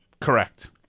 Correct